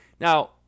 Now